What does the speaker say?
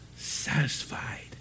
Satisfied